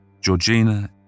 Georgina